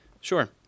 Sure